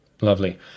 Lovely